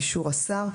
באישור השר,